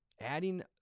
adding